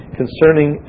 concerning